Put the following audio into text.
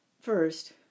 First